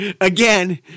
again